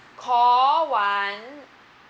call one